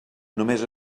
només